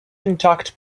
intact